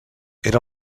era